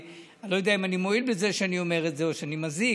אני לא יודע אם אני מועיל בזה שאני אומר את זה או שאני מזיק,